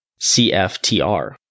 CFTR